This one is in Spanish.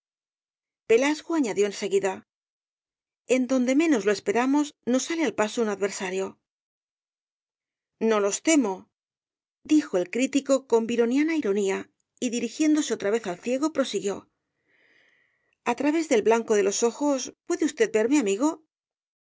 o pelasgoañadió en seguida en donde menos lo esperamos nos sale al paso un adversario no los temo dijo el crítico con byroniana ironía y dirigiéndose otra vez al ciego prosiguió á través del blanco de los ojos puede usted verme amigo